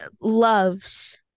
loves